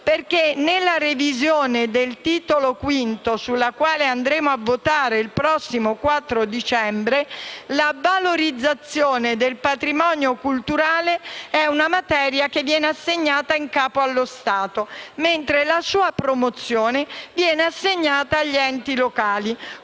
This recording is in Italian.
nella revisione del Titolo V, sulla quale andremo a votare il prossimo 4 dicembre, la valorizzazione del patrimonio culturale è una materia che viene assegnata in capo allo Stato, mentre la sua promozione viene assegnata agli enti locali.